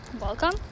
welcome